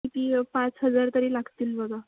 किती पाच हजार तरी लागतील बघा